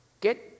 get